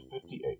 fifty-eight